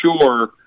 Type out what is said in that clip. sure